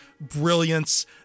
brilliance